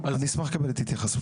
אז אני אשמח לקבל את התייחסותך.